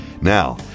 Now